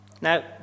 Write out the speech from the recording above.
Now